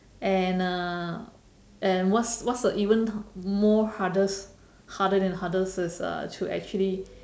and uh and what's what's the even more hardest harder than hardest is uh to actually